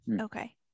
Okay